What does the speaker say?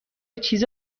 چیز